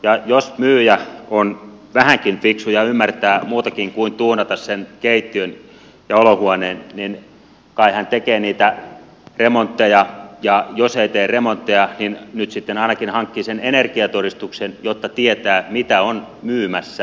ja jos myyjä on vähänkin fiksu ja ymmärtää muutakin kuin tuunata sen keittiön ja olohuoneen niin kai hän tekee niitä remontteja ja jos ei tee remontteja niin nyt sitten ainakin hankkii sen energiatodistuksen jotta tietää mitä on myymässä